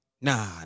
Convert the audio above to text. Nah